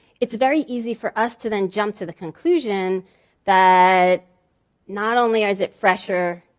it's very easy for us to then jump to the conclusion that not only is it fresher,